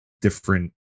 different